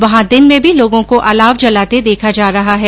वहां दिन में भी लोगों को अलाव जलाते देखा जा रहा है